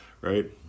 Right